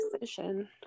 decision